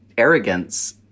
arrogance